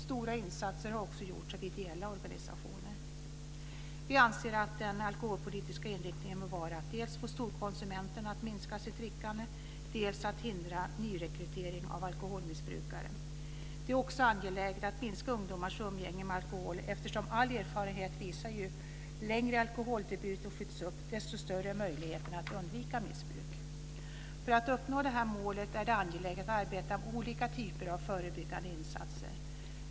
Stora insatser har också gjorts av ideella organisationer. Vi anser att den alkoholpolitiska inriktningen bör vara dels att få storkonsumenterna att minska sitt drickande, dels att hindra nyrekrytering av alkoholmissbrukare. Det är också angeläget att minska ungdomars umgänge med alkohol. All erfarenhet visar att ju längre alkoholdebuten skjuts upp, desto större är möjligheten att undvika missbruk. För att uppnå detta mål är det angeläget att vi arbetar med olika typer av förebyggande insatser.